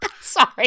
Sorry